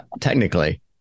Technically